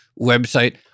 website